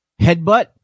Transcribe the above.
headbutt